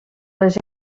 les